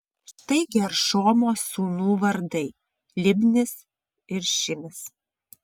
štai geršomo sūnų vardai libnis ir šimis